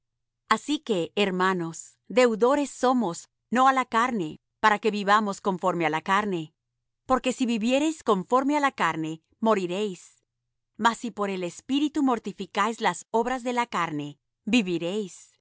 así que hermanos deudores somos no á la carne para que vivamos conforme á la carne porque si viviereis conforme á la carne moriréis mas si por el espíritu mortificáis las obras de la carne viviréis